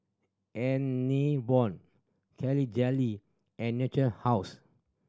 Enervon Jelly and Natura House